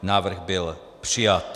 Návrh byl přijat.